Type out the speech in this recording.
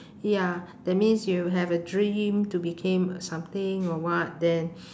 ya that means you have a dream to became something or what then